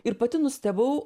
ir pati nustebau